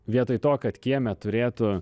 vietoj to kad kieme turėtų